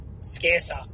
scarcer